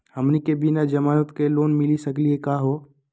हमनी के बिना जमानत के लोन मिली सकली क हो?